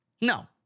No